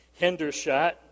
Hendershot